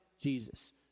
Jesus